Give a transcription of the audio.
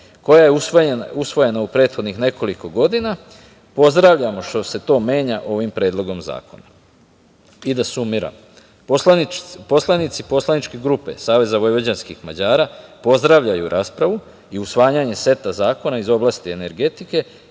koja je usvojena u prethodnih nekoliko godina, pozdravljamo što se to menja ovim predlogom zakona. Da sumiram, poslanici poslaničke grupe Saveza vojvođanskih Mađara pozdravljaju raspravu i usvajanje seta zakona iz oblasti energetike.